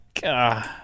God